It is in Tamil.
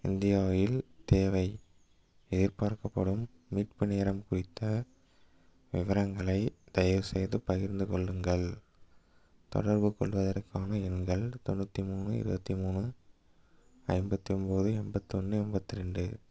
இந்தியாவில் தேவை எதிர்பார்க்கப்படும் மீட்பு நேரம் குறித்த விவரங்களை தயவு செய்து பகிர்ந்து கொள்ளுங்கள் தொடர்பு கொள்வதற்கான எண்கள் தொண்ணூற்றி மூணு இருபத்தி மூணு ஐம்பத்தொம்பது எண்பத்தொன்னு எண்பத்தி ரெண்டு